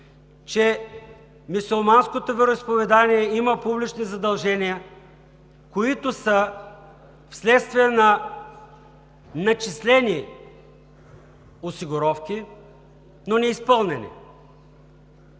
че мюсюлманското вероизповедание има публични задължения, които са следствие на начислени осигуровки, но неизпълнени,